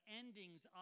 endings